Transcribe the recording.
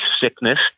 sickness